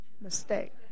mistake